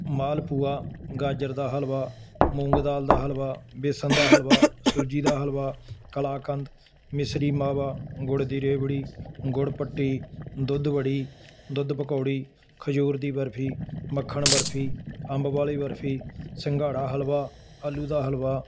ਮਾਲ ਪੂਆ ਗਾਜਰ ਦਾ ਹਲਵਾ ਮੂੰਗ ਦਾਲ ਦਾ ਹਲਵਾ ਬੇਸਨ ਦਾ ਹਲਵਾ ਸੂਜੀ ਦਾ ਹਲਵਾ ਕਲਾਕੰਦ ਮਿਸਰੀ ਮਾਵਾ ਗੁੜ ਦੀ ਰੇਵੜੀ ਗੁੜ ਪੱਟੀ ਦੁੱਧ ਵੜੀ ਦੁੱਧ ਪਕੌੜੀ ਖਜੂਰ ਦੀ ਬਰਫ਼ੀ ਮੱਖਣ ਬਰਫ਼ੀ ਅੰਬ ਵਾਲੀ ਬਰਫ਼ੀ ਸਿੰਘਾੜਾ ਹਲਵਾ ਆਲੂ ਦਾ ਹਲਵਾ